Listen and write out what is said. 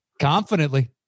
Confidently